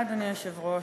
אדוני היושב-ראש,